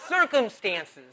circumstances